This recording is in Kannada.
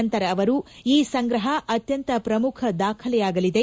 ನಂತರ ಅವರು ಇ ಸಂಗ್ರಹ ಅತ್ಯಂತ ಪ್ರಮುಖ ದಾಖಲೆಯಾಗಲಿದೆ